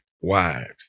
wives